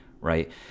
right